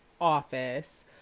office